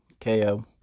KO